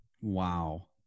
Wow